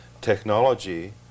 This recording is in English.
technology